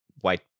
white